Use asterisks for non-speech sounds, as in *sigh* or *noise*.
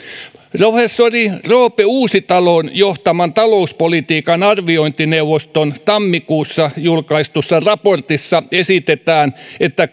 professori roope uusitalon johtaman talouspolitiikan arviointineuvoston tammikuussa julkaistussa raportissa esitetään että *unintelligible*